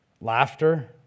Laughter